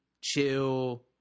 chill